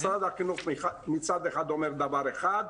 משרד החינוך מצד אחד אומר דבר אחד,